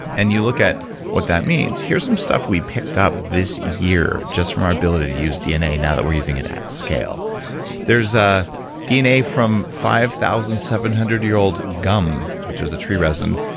and you look at what that means here's some stuff we picked up this year just from our ability to use dna now that we're using it at scale there's ah dna from five thousand seven hundred year old gum, which is a tree resin,